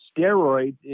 steroids